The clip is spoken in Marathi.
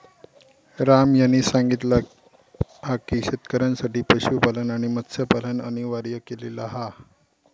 राम यांनी सांगितला हा की शेतकऱ्यांसाठी पशुपालन आणि मत्स्यपालन अनिवार्य केलेला हा